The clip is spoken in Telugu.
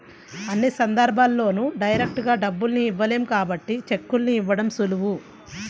అన్ని సందర్భాల్లోనూ డైరెక్టుగా డబ్బుల్ని ఇవ్వలేం కాబట్టి చెక్కుల్ని ఇవ్వడం సులువు